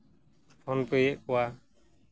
phone ᱯᱮᱭᱮᱜ ᱠᱚᱣᱟ